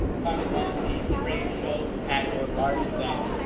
kind of on the trade show and or large event.